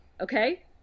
okay